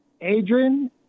Adrian